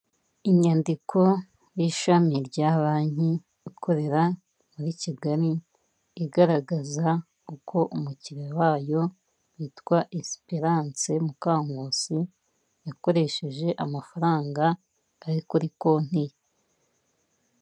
Inyandiko y'ishami rya banki ikorera muri Kigali igaragaza uko umukiriya wayo witwa Esiperanse Mukankusi yakoresheje amafaranga ari kuri konti ye.